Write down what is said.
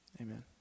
Amen